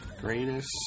Greatest